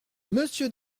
monsieur